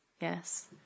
Yes